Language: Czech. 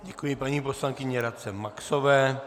Děkuji paní poslankyni Radce Maxové.